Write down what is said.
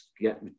get